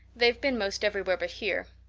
they've been most everywhere but here.